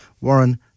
Warren